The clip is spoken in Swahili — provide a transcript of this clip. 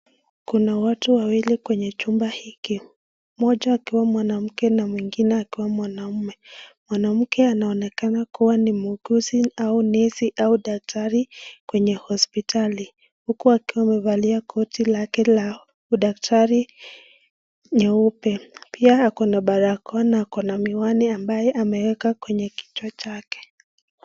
Kuna watu wawili kwenye chumba hiki. Mmoja akiwa mwanamke na mwengine akiwa mwanamme. Mwanamke anaonekana kuwa ni muuguzi au nesi au daktari kwenye hospitali, huku akiwa amevalia koti lake la udaktari nyeupe na pia ako na barakoa na ako na miwani ambaye ameweka kwenye kichwa chake.